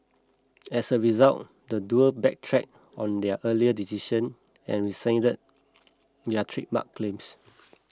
as a result the duo backtracked on their earlier decision and rescinded their trademark claims